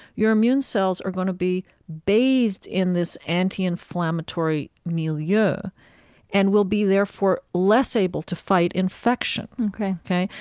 your immune cells are going to be bathed in this anti-inflammatory milieu yeah and will be therefore less able to fight infection ok ok?